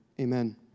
Amen